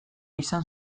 izan